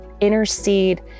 intercede